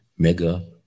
mega